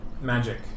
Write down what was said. magic